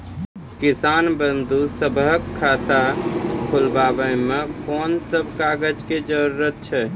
किसान बंधु सभहक खाता खोलाबै मे कून सभ कागजक जरूरत छै?